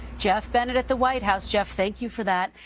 jeff bennett at the white house. jeff, thank you for that.